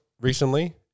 recently